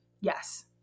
Yes